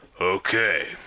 Okay